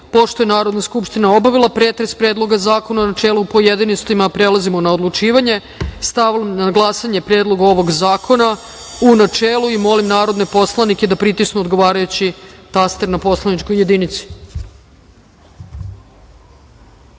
je Narodna skupština obavila pretres Predloga zakona u načelu i u pojedinostima, prelazimo na odlučivanje. Stavljam na glasanje Predlog zakona, u načelu. Molim narodne poslanike da pritisnu odgovarajući taster na poslaničkoj